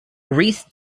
rhys